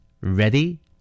Ready